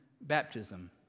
baptism